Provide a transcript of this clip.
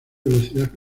velocidad